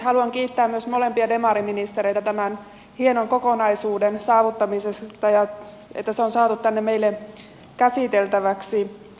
haluan kiittää myös molempia demariministereitä tämän hienon kokonaisuuden saavuttamisesta ja siitä että se on saatu tänne meille käsiteltäväksi